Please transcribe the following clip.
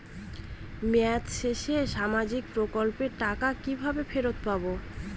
মেয়াদ শেষে সামাজিক প্রকল্পের টাকা কিভাবে ফেরত পাবো?